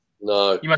No